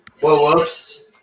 whoops